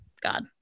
God